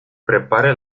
prepare